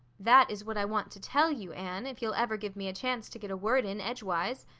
that is what i want to tell you, anne, if you'll ever give me a chance to get a word in edgewise.